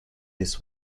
this